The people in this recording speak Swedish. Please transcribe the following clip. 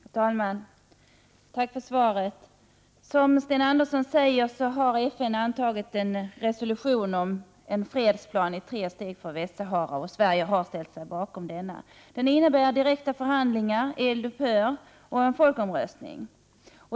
Herr talman! Tack för svaret. Som Sten Andersson säger har FN antagit en resolution om en fredsplan i tre steg för Västsahara, och Sverige har ställt sig bakom denna resolution. Resolutionen innebär direkta förhandlingar, eldupphör och en folkomröstning.